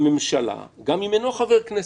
בממשלה, גם אם אינו חבר כנסת.